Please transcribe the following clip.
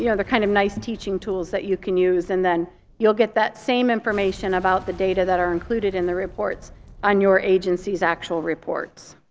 you know they're kind of nice teaching tools that you can use. and then you'll get that same information about the data that are included in the reports on your agency's actual reports.